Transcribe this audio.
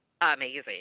amazing